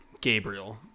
Gabriel